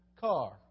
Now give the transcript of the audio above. car